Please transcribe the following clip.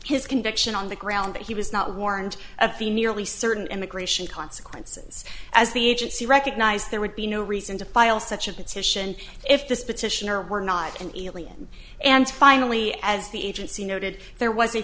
his conviction on the ground that he was not warned of the nearly certain immigration consequences as the agency recognized there would be no reason to file such a petition if this petitioner were not an alien and finally as the agency noted there w